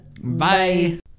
Bye